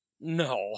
No